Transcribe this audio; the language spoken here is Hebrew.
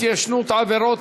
התיישנות עבירות),